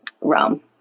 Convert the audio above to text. realm